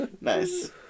Nice